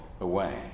away